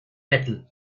metal